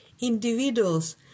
Individuals